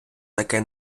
таке